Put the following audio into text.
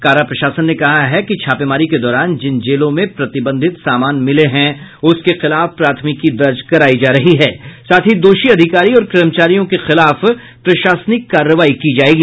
कारा प्रशासन ने कहा है कि छापेमारी के दौरान जिन जेलों में प्रतिबंधित सामान मिले हैं उसके खिलाफ प्राथमिकी दर्ज करायी जा रही हैं साथ ही दोषी अधिकारी और कर्मचारियों के खिलाफ प्रशासनिक कार्रवाई की जायेगी